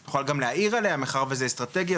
את יכולה גם להעיר עליה מאחר וזה אסטרטגיה,